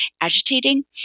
agitating